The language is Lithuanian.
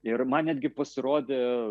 ir man netgi pasirodė